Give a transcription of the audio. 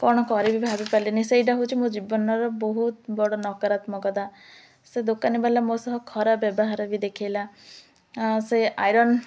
କ'ଣ କରିବି ଭାବିପାରିଲନି ସେଇଟା ହେଉଛି ମୋ ଜୀବନର ବହୁତ ବଡ଼ ନକାରାତ୍ମକତା ସେ ଦୋକାନୀ ବାଲା ମୋ ସହ ଖରାପ ବ୍ୟବହାର ବି ଦେଖାଇଲା ସେ ଆଇରନ୍